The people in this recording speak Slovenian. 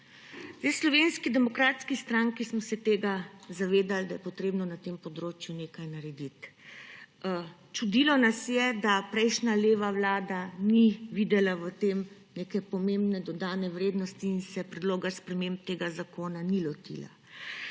V Slovenski demokratski stranki smo se zavedali, da je potrebno na tem področju nekaj narediti. Čudilo nas je, da prejšnja, leva vlada ni videla v tem neke pomembne dodane vrednosti in se predloga sprememb tega zakona ni lotila.